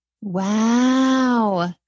Wow